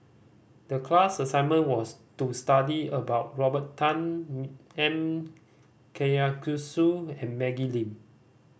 the class assignment was to study about Robert Tan M Karthigesu and Maggie Lim